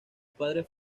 padres